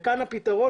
לצערי,